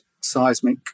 seismic